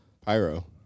Pyro